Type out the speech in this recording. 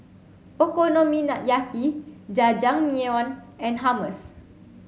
Okonomiyaki Jajangmyeon and Hummus